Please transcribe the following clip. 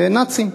"נאצים".